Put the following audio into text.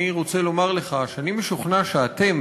אני רוצה לומר לך שאני משוכנע שאתם,